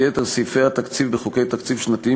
כיתר סעיפי התקציב בחוקי תקציב שנתיים,